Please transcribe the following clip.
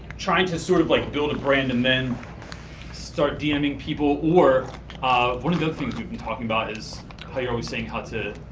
trying to sort of like build a brand and then start dming people, or ah one of the other things we've been talking about is how you're always saying how to,